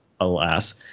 alas